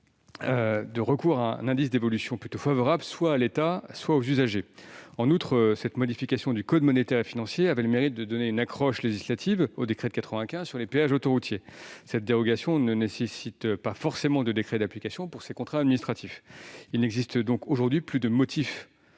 de recours à un indice d'évolution plutôt favorable soit à l'État, soit aux usagers. En outre, cette modification du code monétaire et financier avait le mérite de donner une accroche législative au décret de 1995 sur les péages autoroutiers. Cette dérogation ne nécessite pas forcément de décret d'application pour ces contrats administratifs. Il n'existe donc aujourd'hui plus de motif